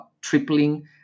tripling